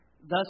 thus